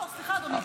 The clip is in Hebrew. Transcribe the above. סליחה, אדוני.